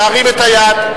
ירים את היד.